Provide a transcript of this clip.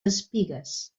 espigues